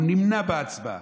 הוא נמנע בהצבעה.